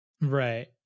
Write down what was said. Right